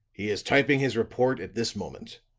he is typing his report at this moment.